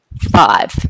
Five